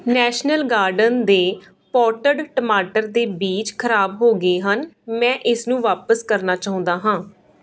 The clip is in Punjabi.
ਨੈਸ਼ਨਲ ਗਾਰਡਨ ਦੇ ਪੋਟਡ ਟਮਾਟਰ ਦੇ ਬੀਜ ਖਰਾਬ ਹੋ ਗਏ ਹਨ ਮੈਂ ਇਸਨੂੰ ਵਾਪਸ ਕਰਨਾ ਚਾਹੁੰਦਾ ਹਾਂ